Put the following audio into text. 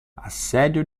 assedio